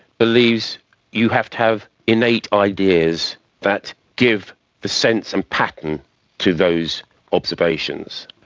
believes you have to have innate ideas that give the sense and pattern to those observations,